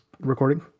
recording